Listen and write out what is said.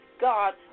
God